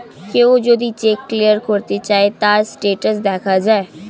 কেউ যদি cheque clear করতে চায়, তার স্টেটাস দেখা যায়